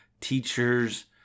teachers